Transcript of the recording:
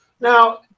Now